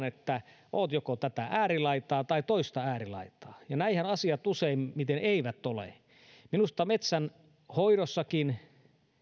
että olet joko tätä äärilaitaa tai toista äärilaitaa ja näinhän asiat useimmiten eivät ole minusta metsänhoidossakin